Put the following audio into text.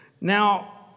Now